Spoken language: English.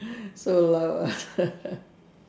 so loud ah